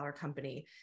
company